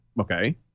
okay